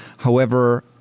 however,